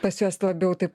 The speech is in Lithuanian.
pas juos labiau taip